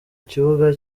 kibuga